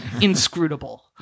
inscrutable